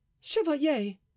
chevalier